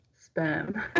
sperm